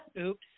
Oops